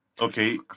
Okay